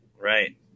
right